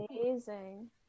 amazing